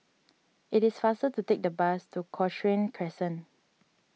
it is faster to take the bus to Cochrane Crescent